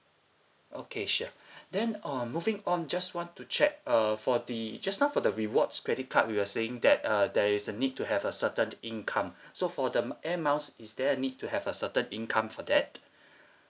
okay sure then um moving on just want to check uh for the just now for the rewards credit card we were saying that uh there is a need to have a certain income so for the m~ air miles is there a need to have a certain income for that